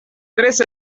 tres